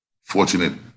fortunate